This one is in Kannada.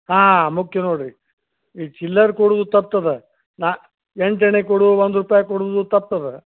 ಹಾಂ ಮುಖ್ಯ ನೋಡಿರಿ ಈ ಚಿಲ್ಲರೆ ಕೊಡೋದು ತಪ್ತದೆ ನಾ ಎಂಟಾಣೆ ಕೊಡು ಒಂದು ರೂಪಾಯಿ ಕೊಡೋದು ತಪ್ತದೆ